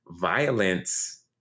Violence